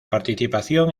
participación